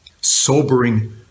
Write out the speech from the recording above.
Sobering